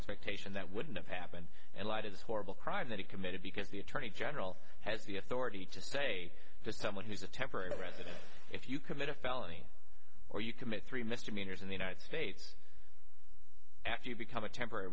expectation that wouldn't have happened and why did this horrible crime that he committed because the attorney general has the authority to say to someone who's a temporary resident if you commit a felony or you commit three misdemeanors in the united states after you become a temporary